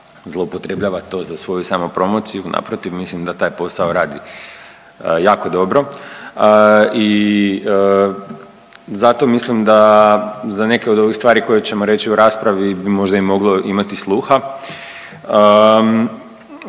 zloupotrebljava to sa soju samo promociju. Naprotiv, mislim da taj posao radi jako dobro i zato mislim da za neke od ovih stvari koje ćemo reći u raspravi bi možda i moglo imati sluha.